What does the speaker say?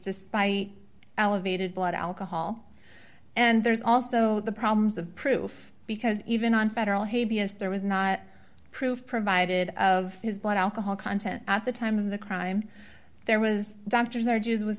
despite elevated blood alcohol and there's also the problems of proof because even on federal hay vs there was not proof provided of his blood alcohol content at the time of the crime there was doctors or jews was